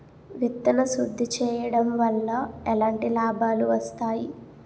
విత్తన శుద్ధి చేయడం వల్ల ఎలాంటి లాభాలు వస్తాయి?